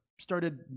started